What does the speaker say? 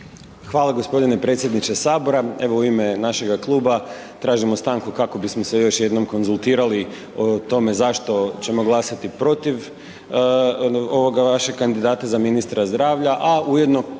Hvala g. predsjedniče Sabora. Evo, u ime našega kluba, tražimo stanku kako bismo se još jednom konzultirali o tome zašto ćemo glasati protiv ovoga vašeg kandidata za ministra zdravlja,